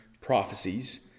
prophecies